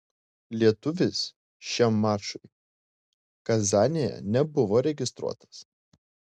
lietuvis šiam mačui kazanėje nebuvo registruotas